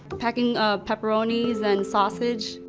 packing pepperonis and sausage.